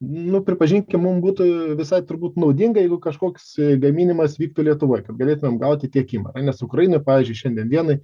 nu pripažinkim mum būtų visai turbūt naudinga jeigu kažkoks gaminimas vyktų lietuvoje galėtumėm gauti tiekimą nes ukrainoj pavyzdžiui šiandien dienai